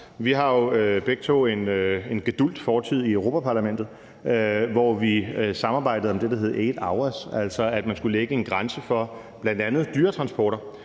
Vi har jo begge to en gedulgt fortid i Europa-Parlamentet, hvor vi samarbejdede om det, der hed »8hours«, altså at man skulle lægge en grænse for bl.a. dyretransporter.